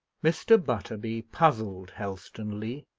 mr. butterby puzzled helstonleigh.